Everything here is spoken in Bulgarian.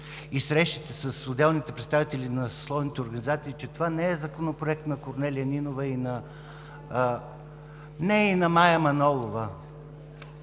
и срещите с отделните представители на съсловните организации, че това не е Законопроект на Корнелия Нинова, не е и на Мая Манолова.